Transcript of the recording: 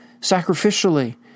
sacrificially